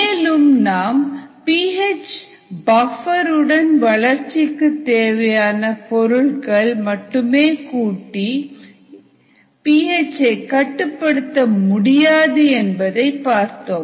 மேலும் நாம் P H buffer ருடன் வளர்ச்சிக்குத் தேவையான பொருட்கள் மட்டுமே கூட்டி பி எச் கட்டுப்படுத்த முடியாது என்பதையும் பார்த்தோம்